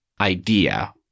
idea